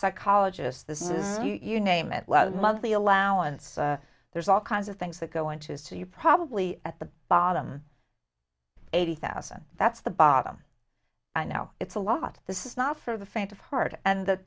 psychologist this is you name it monthly allowance there's all kinds of things that go into as to you probably at the bottom eighty thousand that's the bottom i know it's a lot this is not for the faint of heart and the